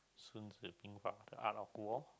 the Art of War